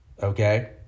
Okay